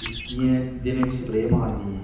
इक्कियें दिनें च स्प्रे मारनी ऐ